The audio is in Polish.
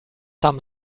tam